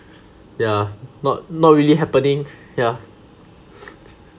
yeah not not really happening yeah